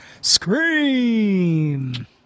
Scream